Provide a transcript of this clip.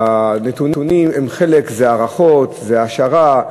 הנתונים הם חלק, וזה הערכות וזה השערה,